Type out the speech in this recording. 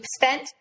spent